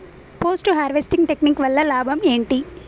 Post harvesting technique వల్ల లాభం ఏంటి?